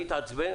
אני אתעצבן